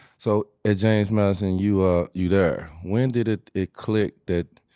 so, at james madison you ah you there. when did it it click that